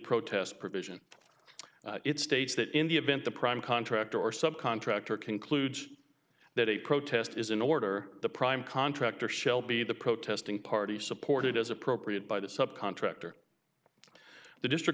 protest provision it states that india been the prime contractor or subcontractor concludes that a protest is in order the prime contractor shelby the protesting party supported as appropriate by the sub contractor the district